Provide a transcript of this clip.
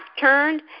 turned